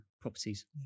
properties